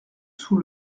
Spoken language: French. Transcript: sous